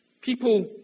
People